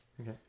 Okay